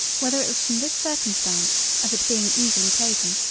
whether it was from this circumstance, of its being easily taken,